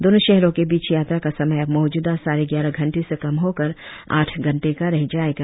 दोनों शहरों के बीच यात्रा का समय अब मौजूदा साढ़े ग्यारह घंटे से कम होकर आठ घंटे का रह जाएगा